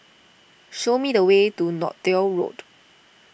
show me the way to Northolt Road